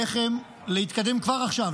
עליכם לקדם כבר עכשיו,